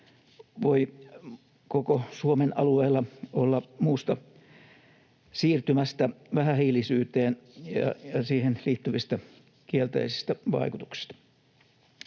voi koko Suomen alueella olla muusta siirtymästä vähähiilisyyteen ja siihen liittyvistä kielteisistä vaikutuksista.